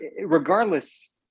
regardless